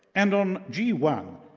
and on g one,